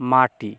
মাটি